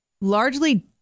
largely